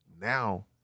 Now